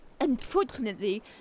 Unfortunately